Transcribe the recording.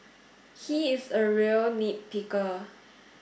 he is a real nit picker